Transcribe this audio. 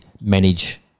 manage